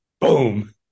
boom